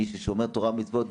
מי ששומר תורה ומצוות,